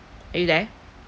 are you there